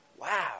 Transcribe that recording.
Wow